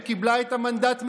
שקיבלה את המנדט מהעם.